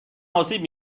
آسیب